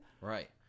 Right